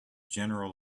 general